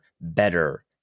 better